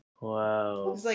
Wow